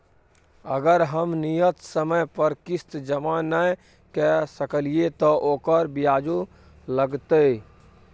अगर हम नियत समय पर किस्त जमा नय के सकलिए त ओकर ब्याजो लगतै?